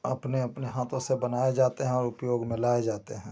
अपने अपने हाथों से बनाए जाते हैं और उपयोग में लाए जाते हैं